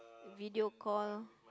video call